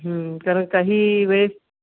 कारण काही वेळेस्